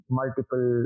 multiple